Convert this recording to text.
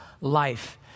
life